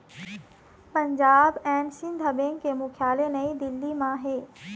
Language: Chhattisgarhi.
पंजाब एंड सिंध बेंक के मुख्यालय नई दिल्ली म हे